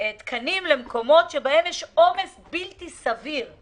תקנים למקומות שבהם יש עומס בלתי סביר,